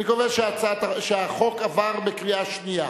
אני קובע שהחוק עבר בקריאה שנייה.